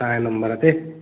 तव्हांजे नंबर ते